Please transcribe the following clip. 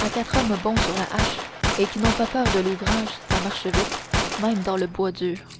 à quatre hommes bons sur la hache et qui n'ont pas peur de l'ouvrage ça marche vite même dans le bois dur